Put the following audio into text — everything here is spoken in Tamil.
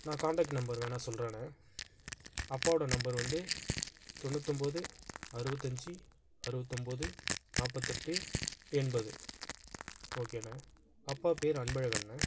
நா காண்டெக்ட் நம்பர் வேணா சொல்லுறண்ணா அப்பாவோட நம்பர் வந்து தொண்ணூத்தொம்பது அறுபத்தஞ்சி அறுபத்தொம்போது நாற்பத்தெட்டு எண்பது ஓகேண்ணா அப்பா பேர் அன்பழகன்ணா